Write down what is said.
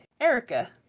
Erica